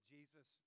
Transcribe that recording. Jesus